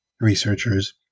researchers